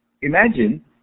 Imagine